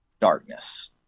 darkness